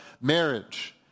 marriage